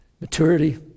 Maturity